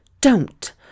Don't